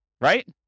Right